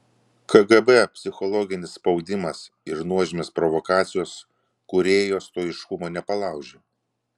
kgb psichologinis spaudimas ir nuožmios provokacijos kūrėjo stoiškumo nepalaužė